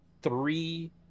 three